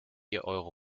ihr